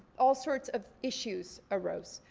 all sorts of issues arose.